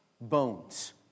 bones